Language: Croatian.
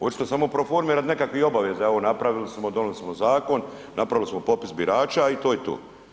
Očito samo pro forme radi nekakvih obaveza, evo napravili smo, donijeli smo zakon, napravili smo popis birača i to je to.